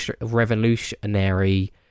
revolutionary